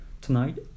tonight